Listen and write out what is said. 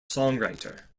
songwriter